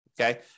Okay